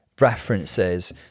references